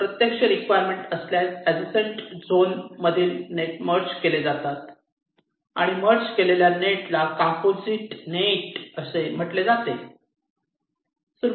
प्रत्यक्ष रिक्वायरमेंट असल्यास adjacent zone मधील नेट मर्ज केले जातात आणि मर्ज केलेल्या नेटला कंपोझिट नेट म्हणतात